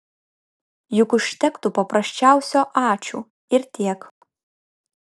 juk užtektų paprasčiausio ačiū ir tiek